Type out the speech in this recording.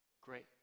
great